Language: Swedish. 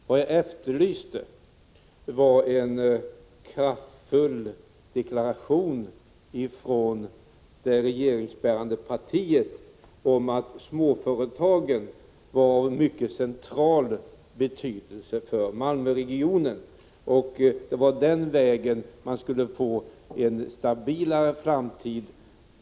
Vad jag efterlyste var en kraftfull deklaration från det regeringsbärande partiet om att småföretagen var av mycket central betydelse för Malmöregionen och att det var den vägen man skulle få en stabilare framtid.